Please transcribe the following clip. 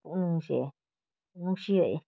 ꯄꯨꯛꯅꯤꯡꯁꯦ ꯅꯨꯡꯁꯤꯔꯛꯏ